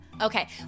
Okay